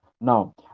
now